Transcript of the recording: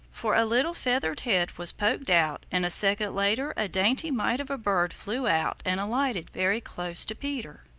for a little feathered head was poked out and a second later a dainty mite of a bird flew out and alighted very close to peter.